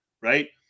Right